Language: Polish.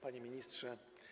Panie Ministrze!